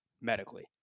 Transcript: medically